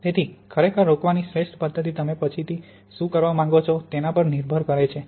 તેથી ખરેખર રોકવાની શ્રેષ્ઠ પદ્ધતિ તમે પછીથી શું કરવા માંગો છો તેના પર નિર્ભર કરે છે